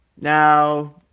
Now